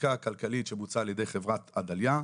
הבדיקה הכלכלית שבוצעה על ידי חברת עדליא,